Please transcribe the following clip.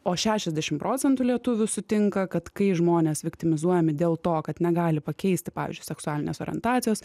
o šešiasdešimt procentų lietuvių sutinka kad kai žmonės viktimizuojami dėl to kad negali pakeisti pavyzdžiui seksualinės orientacijos